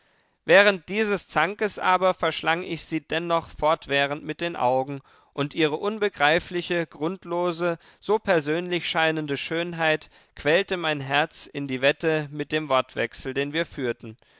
während dieses zankes aber verschlang ich sie dennoch fortwährend mit den augen und ihre unbegreifliche grundlose so persönlich scheinende schönheit quälte mein herz in die wette mit dem wortwechsel den wir führten